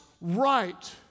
right